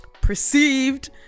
perceived